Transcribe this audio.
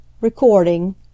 Recording